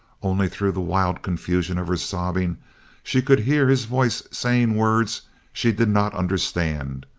only through the wild confusion of her sobbing she could hear his voice saying words she did not understand,